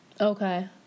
Okay